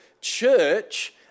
church